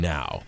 Now